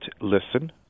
listen